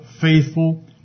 faithful